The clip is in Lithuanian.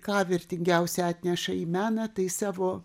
ką vertingiausia atneša į meną tai savo